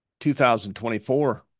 2024